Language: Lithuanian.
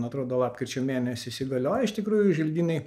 atrodo lapkričio mėnesį įsigalioja iš tikrųjų želdynai